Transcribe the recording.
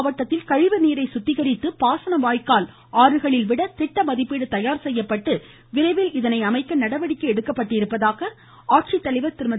தேனி மாவட்டத்தில் கழிவுநீரை சுத்திகரித்து பாசன வாய்க்கால் மற்றும் ஆறுகளில் விட திட்ட மதிப்பீடு தயார் செய்யப்பட்டு விரைவில் அதனை அமைக்க நடவடிக்கை எடுத்துள்ளதாக மாவட்ட ஆட்சித்தலைவர் திருமதி